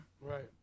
Right